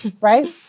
right